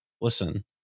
listen